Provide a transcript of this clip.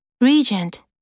Regent